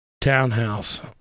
townhouse